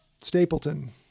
Stapleton